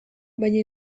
baina